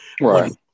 Right